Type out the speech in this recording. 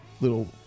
little